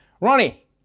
Ronnie